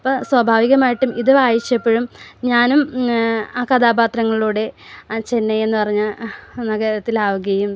അപ്പോൾ സ്വാഭാവികമായിട്ടും ഇത് വായിച്ചപ്പോഴും ഞാനും ആ കഥാപാത്രങ്ങളോട് ചെന്നൈ എന്നു പറഞ്ഞ സങ്കേതത്തിലാവുകയും